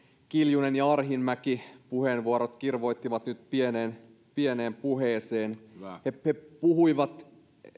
kiljunen ja arhinmäki puheenvuorot kirvoittivat nyt pieneen puheeseen he puhuivat